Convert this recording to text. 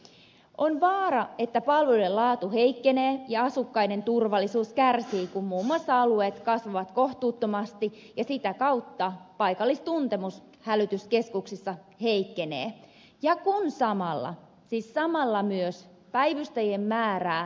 on vaara että palveluiden laatu heikkenee ja asukkaiden turvallisuus kärsii kun muun muassa alueet kasvavat kohtuuttomasti ja sitä kautta paikallistuntemus hälytyskeskuksissa heikkenee ja kun siis samalla myös päivystäjien määrää vähennetään